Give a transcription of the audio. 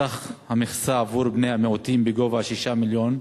סך המכסה עבור בני המיעוטים, בגובה 6 מיליונים,